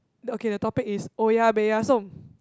okay the topic is oh-ya-beh-ya-som